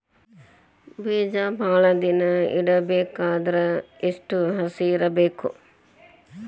ಬೇಜ ಭಾಳ ದಿನ ಇಡಬೇಕಾದರ ಎಷ್ಟು ಹಸಿ ಇರಬೇಕು?